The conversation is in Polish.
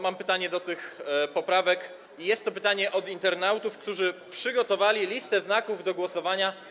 Mam pytanie co do tych poprawek i jest to pytanie od internautów, którzy przygotowali listę znaków do głosowania.